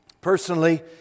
personally